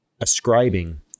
ascribing